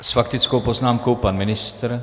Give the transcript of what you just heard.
S faktickou poznámkou pan ministr.